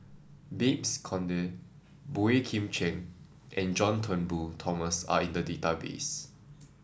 Babes Conde Boey Kim Cheng and John Turnbull Thomson are in the database